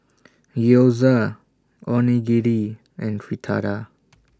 Gyoza Onigiri and Fritada